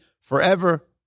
forever